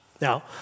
Now